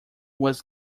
was